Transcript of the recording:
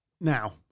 Now